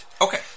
Okay